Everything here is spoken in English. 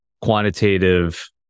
quantitative